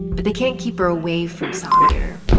but they can't keep her away from samire.